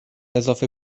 اضافه